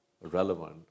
relevant